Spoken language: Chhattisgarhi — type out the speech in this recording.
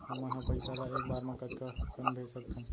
हमन ह पइसा ला एक बार मा कतका कन भेज सकथन?